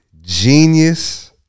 genius